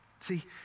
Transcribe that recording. See